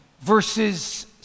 verses